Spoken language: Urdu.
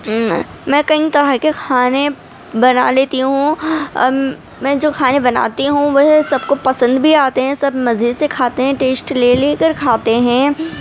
میں کئی طرح کے کھانے بنا لیتی ہوں اور میں جو کھانے بناتی ہوں وہ سب کو پسند بھی آتے ہیں سب مزے سے کھاتے ہیں ٹیسٹ لے لے کر کھاتے ہیں